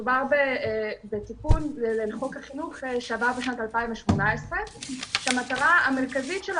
מדובר בתיקון לחוק החינוך שעבר בשנת 2018 כשהמטרה המרכזית שלו